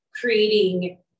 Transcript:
creating